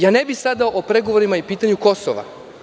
Ja ne bih sada o pregovorima i o pitanju Kosova.